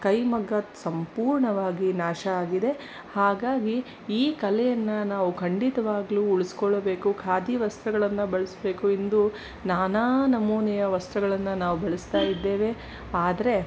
ಕೈಮಗ್ಗ ಸಂಪೂರ್ಣವಾಗಿ ನಾಶ ಆಗಿದೆ ಹಾಗಾಗಿ ಈ ಕಲೆಯನ್ನು ನಾವು ಖಂಡಿತವಾಗಲೂ ಉಳಿಸ್ಕೊಳ್ಳಬೇಕು ಖಾದಿ ವಸ್ತ್ರಗಳನ್ನು ಬಳಸಬೇಕು ಇಂದು ನಾನಾ ನಮೂನೆಯ ವಸ್ತ್ರಗಳನ್ನು ನಾವು ಬಳಸ್ತಾಯಿದ್ದೇವೆ ಆದರೆ